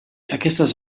aquestes